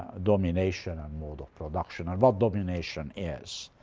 ah domination and mode of production, and what domination is.